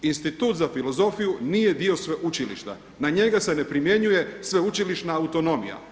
Institut za filozofiju nije dio sveučilišta, na njega se ne primjenjuje sveučilišna autonomija.